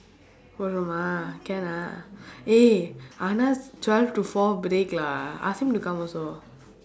confirm ah can ah eh anand twelve to four break lah ask him to come also